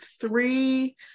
three